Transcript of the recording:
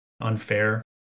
unfair